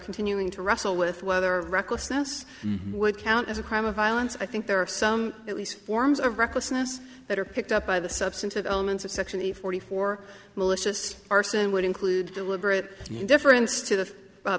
continuing to wrestle with whether recklessness would count as a crime of violence i think there are some at least forms of recklessness that are picked up by the substantive elements of section the forty four malicious arson would include deliberate indifferen